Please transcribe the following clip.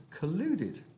colluded